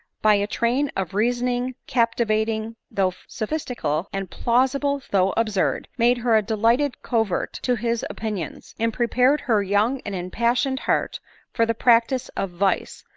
by a train of reasoning capti vating though sophistical, and plausible though absurd, made her a delighted convert to his opinions, and pre pared her young and impassioned heart for the practice of vice,